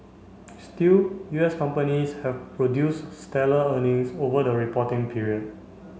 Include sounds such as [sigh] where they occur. [noise] still U S companies have produce stellar earnings over the reporting period